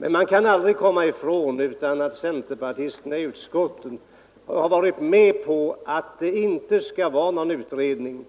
Men man kan aldrig komma ifrån att centerpartisterna i utskottet har varit med om att det inte skall vara någon utredning.